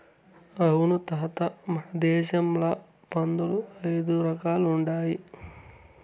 అవును తాత మన దేశంల పందుల్ల ఐదు రకాలుండాయి